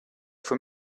for